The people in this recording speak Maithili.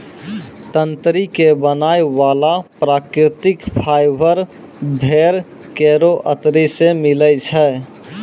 तंत्री क बनाय वाला प्राकृतिक फाइबर भेड़ केरो अतरी सें मिलै छै